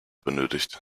benötigt